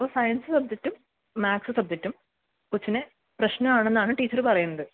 അപ്പോൾ സയൻസ് സബ്ജക്റ്റും മാത്സ് സബ്ജക്റ്റും കൊച്ചിന് പ്രശ്നം ആണെന്നാണ് ടീച്ചർ പറയുന്നത്